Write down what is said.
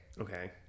Okay